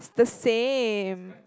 the same